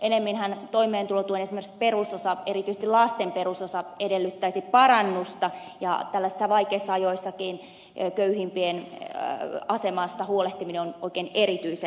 ennemminhän esimerkiksi toimeentulotuen perusosa erityisesti lasten perusosa edellyttäisi parannusta ja tällaisissa vaikeissa ajoissakin köyhimpien asemasta huolehtiminen on oikein erityisen tärkeää